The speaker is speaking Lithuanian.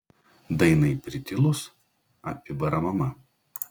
dainai pritilus apibara mama